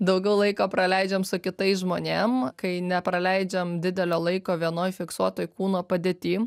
daugiau laiko praleidžiam su kitais žmonėm kai nepraleidžiam didelio laiko vienoj fiksuotoj kūno padėty